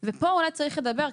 ופה אולי צריך לדבר,